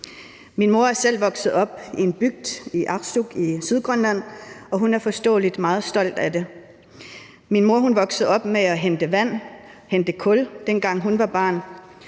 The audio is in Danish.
Min mor er selv vokset op i en bygd i Arsuk i Sydgrønland, og hun er forståeligt meget stolt af det. Min mor voksede op med at hente vand og hente kul, dengang hun var barn.